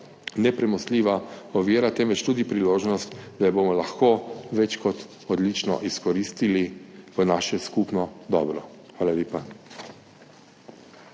nepremostljiva ovira, temveč tudi priložnost, da jo bomo lahko več kot odlično izkoristili v naše skupno dobro. Hvala lepa.